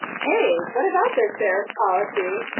hey, what about this sheriff's policy?